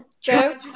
Joe